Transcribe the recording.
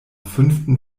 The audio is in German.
fünften